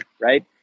right